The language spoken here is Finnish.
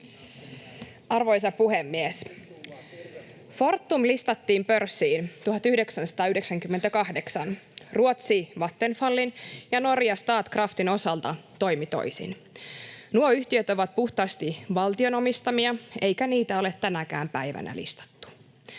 Arvoisa puhemies! Fortum listattiin pörssiin 1998. Ruotsi Vattenfallin ja Norja Statkraftin osalta toimi toisin. Nuo yhtiöt ovat puhtaasti valtion omistamia, eikä niitä ole tänäkään päivänä listattu.